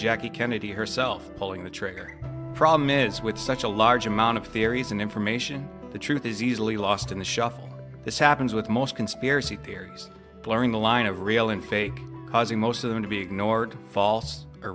jackie kennedy herself pulling the trigger problem is with such a large amount of theories and information the truth is easily lost in the shuffle this happens with most conspiracy theories blurring the line of real and fake causing most of them to be ignored false